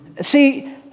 See